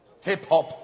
hip-hop